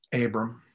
Abram